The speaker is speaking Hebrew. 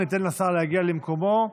ניתן לשר להגיע למקומו.